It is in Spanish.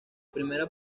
primera